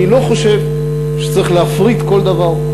אני לא חושב שצריך להפריט כל דבר,